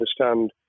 understand